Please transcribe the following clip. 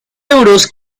euros